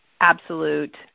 absolute